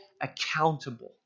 accountable